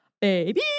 baby